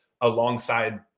alongside